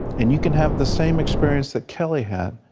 and you can have the same experience that kelly had,